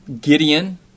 Gideon